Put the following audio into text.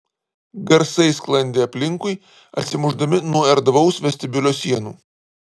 garsai sklandė aplinkui atsimušdami nuo erdvaus vestibiulio sienų